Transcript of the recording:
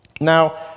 Now